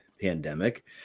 pandemic